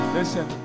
Listen